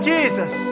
Jesus